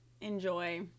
enjoy